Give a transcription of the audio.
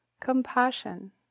Compassion